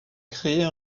créer